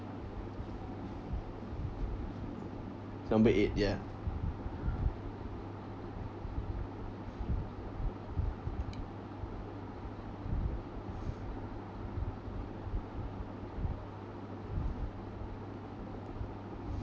number eight ya